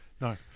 No